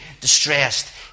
distressed